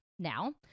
Now